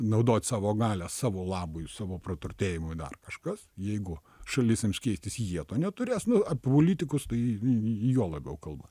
naudot savo galią savo labui savo praturtėjimu dar kažkas jeigu šalis ims keistis jie to neturės nu apie politikus tai juo labiau kalba